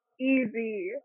easy